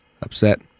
upset